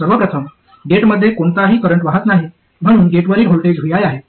सर्व प्रथम गेटमध्ये कोणताही करंट वाहात नाही म्हणून गेटवरील व्होल्टेज vi आहे